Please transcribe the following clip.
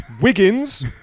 Wiggins